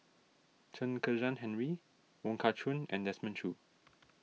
Chen Kezhan Henri Wong Kah Chun and Desmond Choo